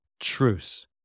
Truce